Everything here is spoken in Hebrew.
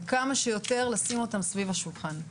וכמה שיותר לשים אותם סביב השולחן.